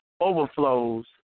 overflows